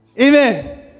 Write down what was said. Amen